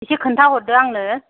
एसे खोनथा हरदो आंनो